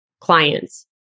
clients